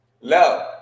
love